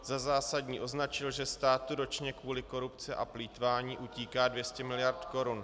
Za zásadní označil, že státu ročně kvůli korupci a plýtvání utíká 200 miliard korun.